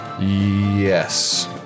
Yes